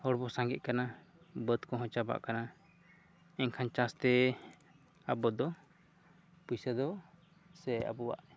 ᱦᱚᱲ ᱵᱚ ᱥᱟᱸᱜᱮᱜ ᱠᱟᱱᱟ ᱵᱟᱹᱫᱽ ᱠᱚᱦᱚᱸ ᱪᱟᱵᱟᱜ ᱠᱟᱱᱟ ᱮᱱᱠᱷᱟᱱ ᱪᱟᱥ ᱛᱮ ᱟᱵᱚ ᱫᱚ ᱯᱩᱭᱥᱟᱹ ᱫᱚ ᱥᱮ ᱟᱵᱚᱣᱟᱜ